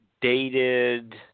dated